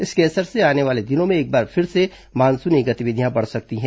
इसके असर से आने वाले दिनों में एक बार फिर से मानसूनी गतिविधियां बढ़ सकती हैं